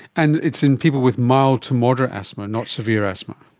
and it's in people with mild to moderate asthma, not severe asthma.